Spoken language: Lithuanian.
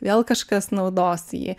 vėl kažkas naudos jį